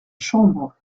chambre